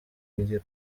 ngiro